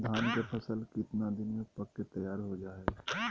धान के फसल कितना दिन में पक के तैयार हो जा हाय?